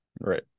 right